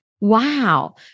Wow